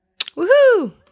Woohoo